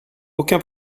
aucun